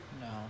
No